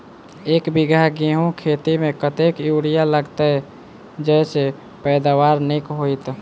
एक बीघा गेंहूँ खेती मे कतेक यूरिया लागतै जयसँ पैदावार नीक हेतइ?